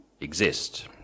exist